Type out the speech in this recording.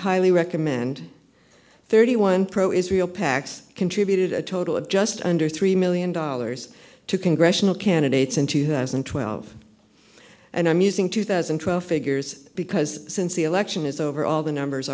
highly recommend thirty one pro israel pacs contributed a total of just under three million dollars to congressional candidates in two thousand and twelve and i'm using two thousand and twelve figures because since the election is over all the numbers